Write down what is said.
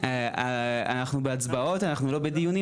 אנחנו בהצבעות, אנחנו לא בדיונים.